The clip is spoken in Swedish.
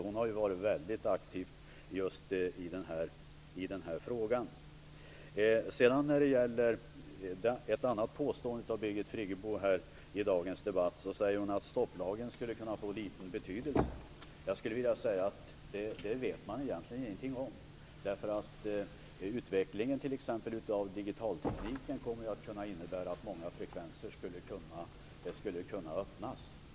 Hon har varit mycket aktiv i just denna fråga. Birgit Friggebo påstår vidare i dagens debatt att "stopplagen" skulle kunna få liten betydelse. Det vet man egentligen ingenting om. Bl.a. kan utvecklingen av digitaltekniken medföra att många frekvenser skulle kunna öppnas.